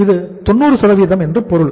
இது 90 என்று பொருள்